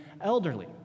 elderly